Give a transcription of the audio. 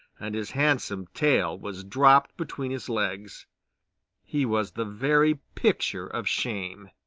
and his handsome tail was dropped between his legs he was the very picture of shame.